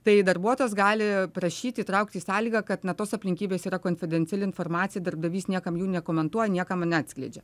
tai darbuotojas gali prašyti įtraukti į sąlygą kad na tos aplinkybės yra konfidenciali informacija darbdavys niekam jų nekomentuoja niekam neatskleidžia